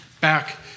back